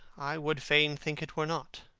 i would fain think it were not.